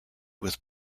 with